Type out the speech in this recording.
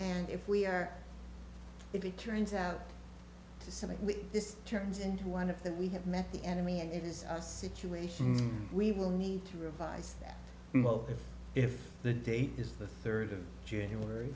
and if we are if it turns out to something we just turned into one of them we have met the enemy and it is a situation we will need to revise that if the date is the third of january